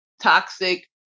toxic